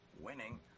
Winning